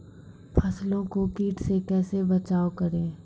फसलों को कीट से कैसे बचाव करें?